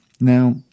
Now